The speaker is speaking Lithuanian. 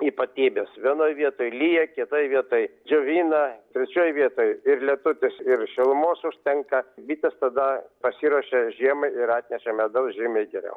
ypatybes vienoj vietoj lyja kitoj vietoj džiovina trečioj vietoj ir lietutis ir šilumos užtenka bitės tada pasiruošė žiemai ir atnešė medaus žymiai geriau